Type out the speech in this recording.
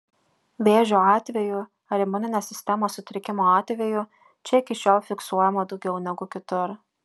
vėžio atvejų ar imuninės sistemos sutrikimo atvejų čia iki šiol fiksuojama daugiau negu kitur